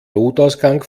notausgang